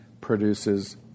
produces